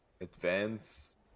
advance